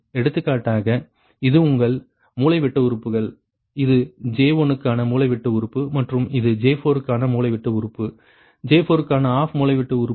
எடுத்துக்காட்டாக இது உங்கள் மூலைவிட்ட உறுப்புகள் இது J1 க்கான மூலைவிட்ட உறுப்பு மற்றும் இது J4 க்கான மூலைவிட்ட உறுப்பு J4 க்கான ஆப் மூலைவிட்ட உறுப்பு